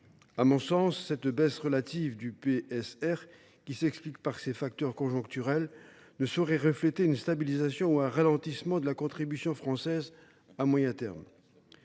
À mon sens, cette baisse relative, qui s’explique par des facteurs conjoncturels, ne saurait refléter une stabilisation ou un ralentissement de la contribution française à moyen terme.